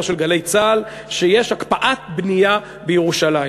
של גלי צה"ל שיש הקפאת בנייה בירושלים.